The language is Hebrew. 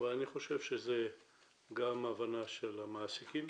אני חושב שזו גם הבנה של המעסיקים,